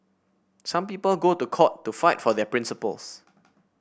some people go to court to fight for their principles